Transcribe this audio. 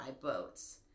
boats